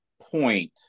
point